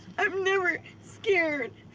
i'm never scared.